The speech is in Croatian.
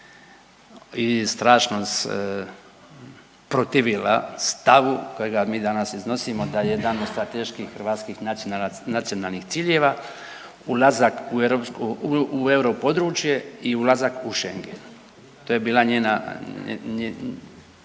i strašno se protivila stavu kojeg mi danas iznosimo da jedan od strateških hrvatskih nacionalnih ciljeva ulazak u europodručje i ulazak u Schengen, to je bila njena,